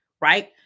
right